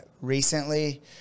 recently